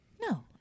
No